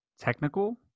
Technical